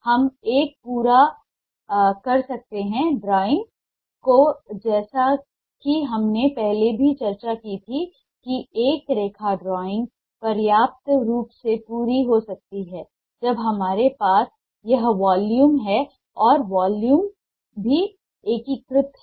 हम एकपूरा कर सकते हैं ड्राइंग को जैसा कि हमने पहले भी चर्चा की थी कि एक रेखा ड्राइंग पर्याप्त रूप से पूरी हो सकती है जब हमारे पास यह वॉल्यूम है और वॉल्यूम भी एकीकृत हैं